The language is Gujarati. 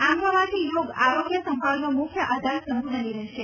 આમ થવાથી યોગ આરોગ્ય સંભાળનો મુખ્ય આધારસ્તંભ બની રહેશે